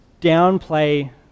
downplay